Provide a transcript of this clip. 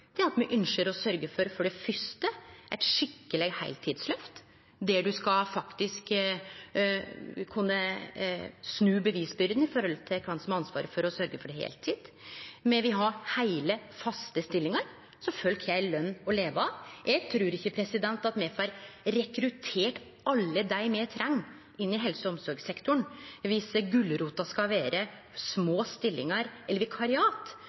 er for det fyrste at me ønskjer å sørgje for eit skikkeleg heiltidsløft, der ein skal kunne snu bevisbyrda med tanke på kven som har ansvaret for å sørgje for heiltid. Me vil ha heile, faste stillingar, så folk har ei løn å leve av. Eg trur ikkje at me får rekruttert alle dei me treng inn i helse- og omsorgssektoren dersom gulrota skal vere små stillingar eller